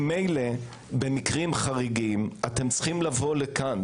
ממילא במקרים חריגים אתם צריכים לבוא לכאן.